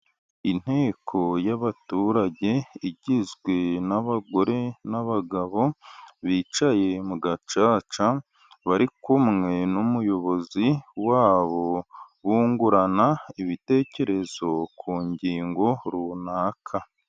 Inteko y'abaturage igizwe n'abagore, n'abagabo bicaye mu gacaca bari kumwe n'umuyobozi wabo bungurana ibitekerezo ku ngingo runaka.